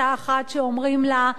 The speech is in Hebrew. יש קבוצה אחת שאומרים לה: